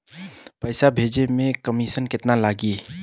पैसा भेजे में कमिशन केतना लागि?